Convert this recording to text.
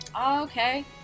Okay